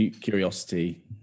curiosity